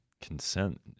consent